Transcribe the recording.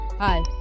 Hi